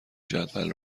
جدول